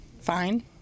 Fine